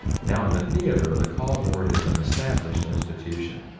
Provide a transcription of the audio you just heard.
now in the theatre the call board is an established institution,